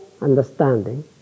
understanding